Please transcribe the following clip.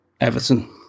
Everton